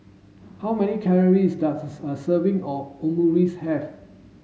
how many calories does a serving of Omurice have